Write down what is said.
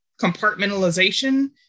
compartmentalization